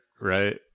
right